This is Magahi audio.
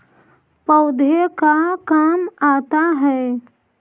पौधे का काम आता है?